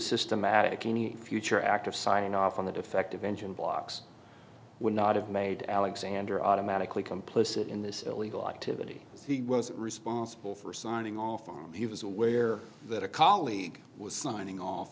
systematic any future act of signing off on a defective engine blocks would not have made alexander automatically complicit in this illegal activity he was responsible for signing off on he was aware that a colleague was signing off